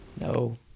No